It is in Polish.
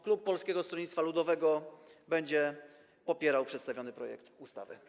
Klub Polskiego Stronnictwa Ludowego będzie popierał przedstawiony projekt ustawy.